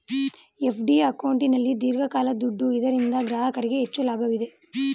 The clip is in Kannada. ಎಫ್.ಡಿ ಅಕೌಂಟಲ್ಲಿ ದೀರ್ಘಕಾಲ ದುಡ್ಡು ಇದರಿಂದ ಗ್ರಾಹಕರಿಗೆ ಹೆಚ್ಚು ಲಾಭ ಇದೆ